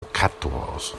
quatorze